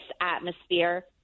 atmosphere